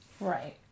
Right